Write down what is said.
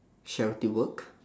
charity work